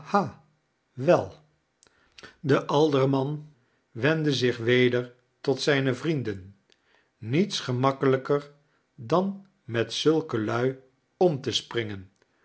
wei de alderman wendde zich weder tot zijne vrienden niets gemakkelijker dan met zulke lui om te springen